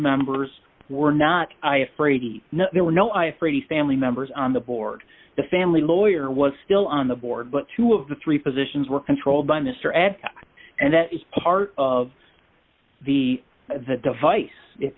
there were no i free family members on the board the family lawyer was still on the board but two of the three positions were controlled by mr ed and that is part of the the device if